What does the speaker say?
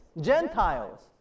gentiles